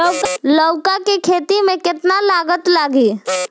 लौका के खेती में केतना लागत लागी?